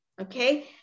Okay